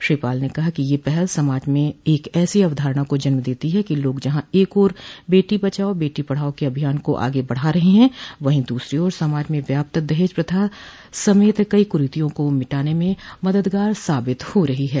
श्री पाल ने कहा कि यह पहल समाज में एक ऐसी अवधारणा को जन्म देती है कि लोग जहां एक ओर बेटी बचाओ बेटी बढ़ाओं के अभियान को आगे बढ़ा रहे हैं वहीं दूसरी ओर समाज में व्याप्त दहेज प्रथा समेत कई कुरीतियों को मिटाने में मददगार साबित हो रही है